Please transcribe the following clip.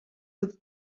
with